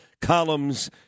columns